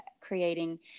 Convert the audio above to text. creating